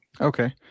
Okay